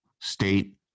state